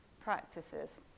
practices